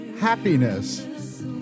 happiness